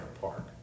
Park